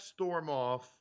Stormoff